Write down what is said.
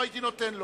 לא הייתי נותן לו.